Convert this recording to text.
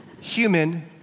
human